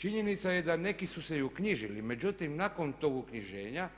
Činjenica je da neki su se i uknjižili, međutim nakon tog uknjiženja